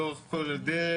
לאורך כל הדרך,